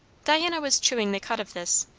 diana was chewing the cud of this,